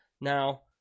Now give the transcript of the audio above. Now